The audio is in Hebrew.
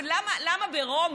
אדוני, אבל למה ברומא,